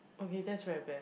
okay that's very bad